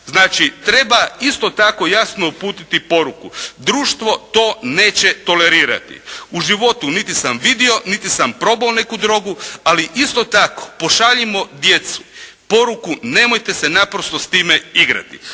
treba isto tako jasno uputiti poruku, društvo to neće tolerirati. U životu niti sam vidio, niti sam probao neku drogu, ali isto tako pošaljimo djecu poruku nemojte se naprosto s time igrati.